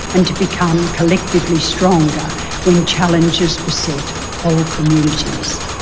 and to become collectively stronger when challenges beset whole communities.